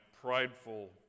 prideful